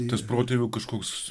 tas protėvių kažkoks